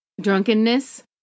drunkenness